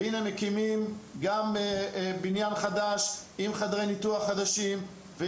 והנה מקימים גם בניין חדש עם חדרי ניתוח חדשים.